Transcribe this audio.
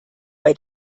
bei